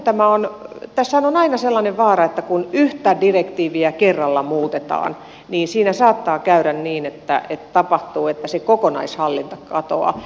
tässähän on aina sellainen vaara että kun yhtä direktiiviä kerralla muutetaan niin siinä saattaa käydä niin että tapahtuu että se kokonaishallinta katoaa